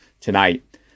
tonight